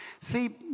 See